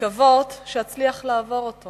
לקוות שאצליח לעבור אותו